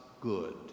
good